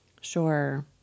Sure